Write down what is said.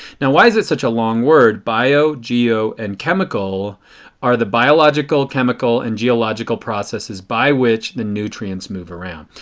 now why is it such a long word? bio, geo and chemical are the biological, chemical and geological processes by which the nutrients move around.